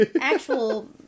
Actual